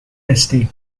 estate